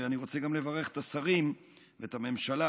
ואני רוצה גם לברך את השרים ואת הממשלה,